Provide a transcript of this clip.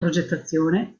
progettazione